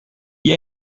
wie